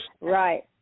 Right